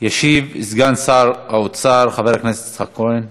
ישיב סגן שר האוצר חבר הכנסת יצחק כהן.